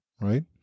right